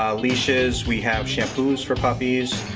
um leashes, we have shampoos for puppies.